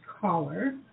caller